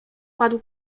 padł